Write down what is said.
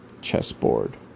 chessboard